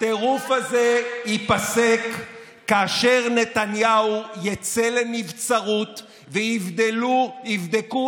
הטירוף הזה ייפסק כאשר נתניהו יצא לנבצרות ויבדקו